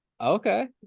Okay